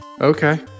Okay